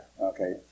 okay